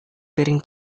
piring